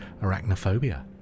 Arachnophobia